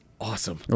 awesome